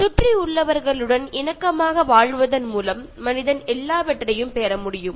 சுற்றியுள்ளவர்களுடன் இணக்கமாக வாழ்வதன் மூலம் மனிதன் எல்லாவற்றையும் பெற முடியும்